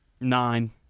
Nine